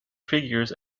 figures